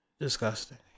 Disgusting